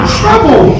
trouble